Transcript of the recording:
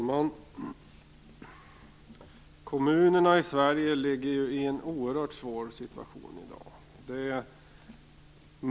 Fru talman! Kommunerna i Sverige har en oerhört svår situation i dag.